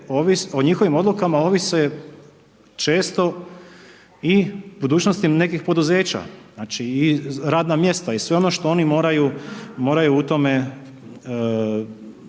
o njihovim odlukama ovise često i budućnosti nekih poduzeća, znači i radna mjesta i sve ono što oni moraju u tome